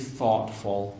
thoughtful